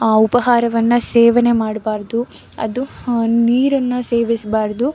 ಉಪಹಾರವನ್ನು ಸೇವನೆ ಮಾಡಬಾರ್ದು ಅದು ನೀರನ್ನು ಸೇವಿಸಬಾರ್ದು